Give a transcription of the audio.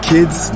Kids